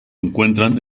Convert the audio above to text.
encuentran